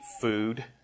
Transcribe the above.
food